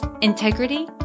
integrity